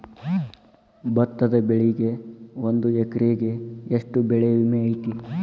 ಭತ್ತದ ಬೆಳಿಗೆ ಒಂದು ಎಕರೆಗೆ ಎಷ್ಟ ಬೆಳೆ ವಿಮೆ ಐತಿ?